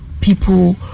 people